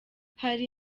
hari